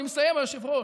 אני מסיים, היושב-ראש.